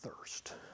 thirst